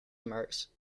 marks